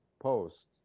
post